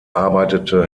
arbeitete